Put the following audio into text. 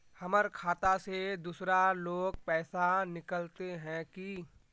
हमर खाता से दूसरा लोग पैसा निकलते है की?